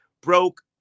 broke